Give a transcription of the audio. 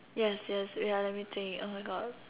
yes yes wait ah let me think oh my god